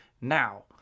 now